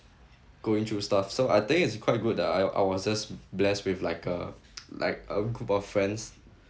going through stuff so I think it's quite good that I I was just blessed with like a like a group of friends